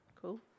cool